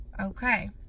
okay